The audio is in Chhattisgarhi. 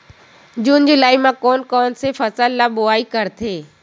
जून जुलाई म कोन कौन से फसल ल बोआई करथे?